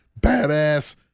badass